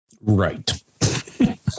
Right